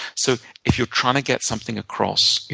so if you're trying to get something across,